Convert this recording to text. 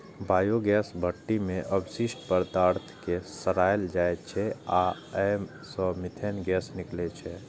biogas भट्ठी मे अवशिष्ट पदार्थ कें सड़ाएल जाइ छै आ अय सं मीथेन गैस निकलै छै